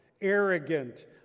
arrogant